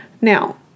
Now